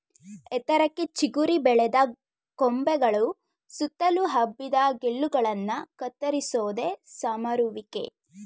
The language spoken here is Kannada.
ಎತ್ತರಕ್ಕೆ ಚಿಗುರಿ ಬೆಳೆದ ಕೊಂಬೆಗಳು ಸುತ್ತಲು ಹಬ್ಬಿದ ಗೆಲ್ಲುಗಳನ್ನ ಕತ್ತರಿಸೋದೆ ಸಮರುವಿಕೆ